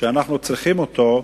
שאנחנו צריכים אותו.